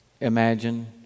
imagine